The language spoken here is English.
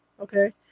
Okay